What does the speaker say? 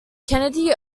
kennedy